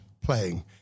playing